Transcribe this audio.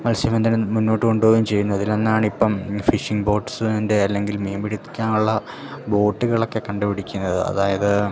മത്സ്യബന്ധനം മുന്നോട്ട് കൊണ്ടുപോവേം ചെയ്യുന്നു അതിൽ ഒന്നാണിപ്പം ഫിഷിങ് ബോട്ട്സിൻ്റെ അല്ലെങ്കിൽ മീൻ പിടിക്കാനുള്ള ബോട്ടുകളൊക്കെ കണ്ട് പിടിക്കുന്നത് അതായത്